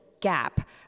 gap